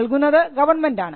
നൽകുന്നത് ഗവൺമെന്റാണ്